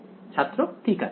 ছাত্র ঠিক আছে